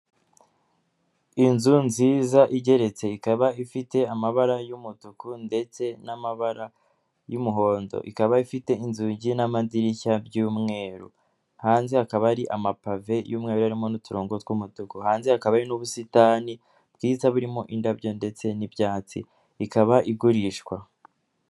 Inzu nziza igeretse ikaba ifite amabara y'umutuku ndetse n'amabara y'umuhondo, ikaba ifite inzugi n'amadirishya by'umweru, hanze hakaba hari amapave y'umweru harimo n'uturongo tw'umutuku, hanze hakaba hari n'ubusitani bwiza burimo indabyo ndetse n'ibyatsi, ikaba igurishwa.